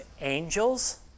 angels